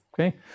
okay